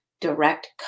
direct